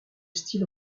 style